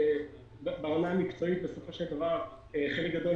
חלק גדול